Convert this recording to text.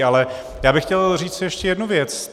Ale já bych chtěl říct ještě jednu věc.